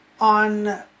on